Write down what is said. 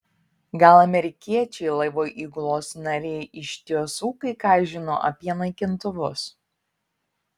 gal amerikiečiai laivo įgulos nariai iš tiesų kai ką žino apie naikintuvus